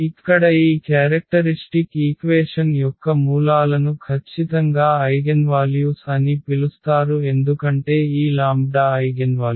ఇక్కడ ఈ characteristic equation యొక్క మూలాలను ఖచ్చితంగా ఐగెన్వాల్యూస్ అని పిలుస్తారు ఎందుకంటే ఈ లాంబ్డా ఐగెన్వాల్యు